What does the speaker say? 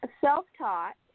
self-taught